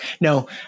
No